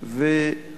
הם